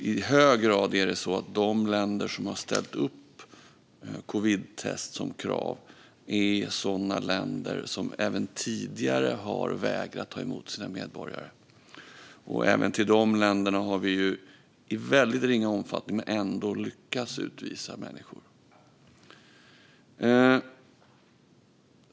I hög grad är det också så att de länder som ställt covidtest som krav är sådana länder som även tidigare har vägrat ta emot sina medborgare. Även till de länderna har vi ju - i väldigt ringa omfattning men ändå - lyckats utvisa människor.